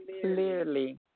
clearly